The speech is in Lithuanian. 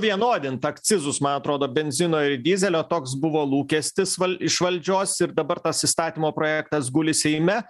vienodint akcizus man atrodo benzino ir dyzelio toks buvo lūkestis val iš valdžios ir dabar tas įstatymo projektas guli seime